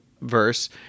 verse